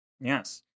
Yes